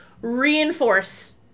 reinforce